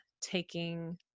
taking